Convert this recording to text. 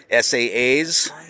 SAAs